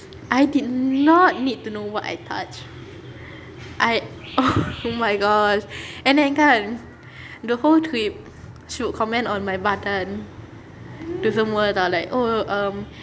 I did not need to know what I touched I oh my god and then kan the whole trip she would comment on my badan tu semua [tau] like oh um